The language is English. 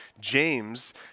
James